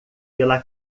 pela